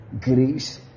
grace